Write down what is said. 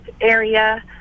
area